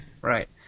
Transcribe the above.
Right